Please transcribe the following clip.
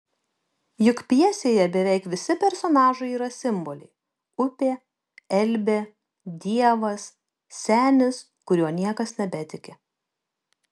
juk pjesėje beveik visi personažai yra simboliai upė elbė dievas senis kuriuo niekas nebetiki